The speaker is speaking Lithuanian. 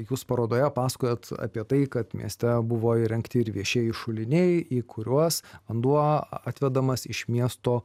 jūs parodoje pasakojot apie tai kad mieste buvo įrengti ir viešieji šuliniai į kuriuos vanduo atvedamas iš miesto